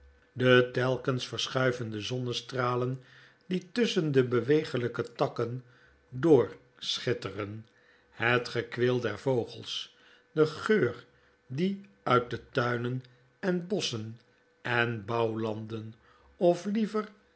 de telkens verschuivende zonnestralen die tusschen de bewegelijke takken door schitteren het gekweel der vogels de geur die uit de tuinen en bosschen en bouwlanden of liever